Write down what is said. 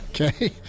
Okay